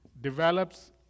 develops